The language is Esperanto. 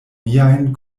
niajn